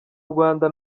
rwanda